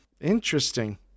interesting